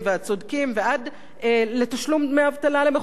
ועד לתשלום דמי אבטלה למחוסרי עבודה.